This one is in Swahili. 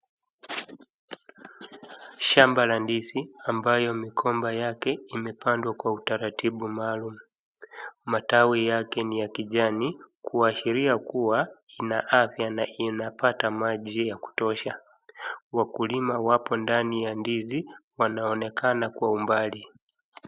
Shamba la ndizi ambayo migomba yake imepandwa kwa utaratibu maalum. Matawi yake ni ya kijani kushiria kuwa ina afya na inapata maji ya kutosha. Wakulima wapo ndani ya ndizi wanaonekana kwa umbali.